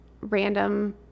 random